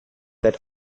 that